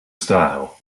style